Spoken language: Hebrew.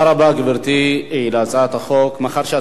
מאחר שהצעת החוק מובאת לקריאה ראשונה,